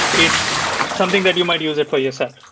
it's something that you might use it for yourself.